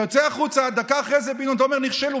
אתה יוצא החוצה, דקה אחרי זה, ופתאום אומר: נכשלו.